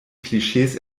klischees